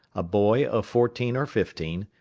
a boy of fourteen or fifteen,